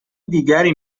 دیگری